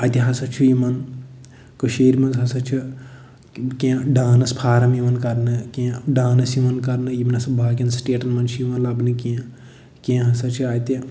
اَتہِ ہسا چھُ یِمَن کٔشیٖر منٛز ہسا چھُ کیٚنٛہہ ڈانَس فارَم یِوان کَرنہٕ کیٚنٛہہ ڈانٔس یِوان کَرنہٕ یِم نسا باقین سِٹیٹَن منٛز چھِ یِون لَبنہٕ کیٚنٛہہ کیٚنٛہہ ہسا چھِ اَتہِ